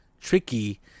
tricky